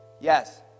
yes